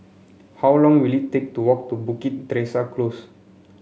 how long will it take to walk to Bukit Teresa Close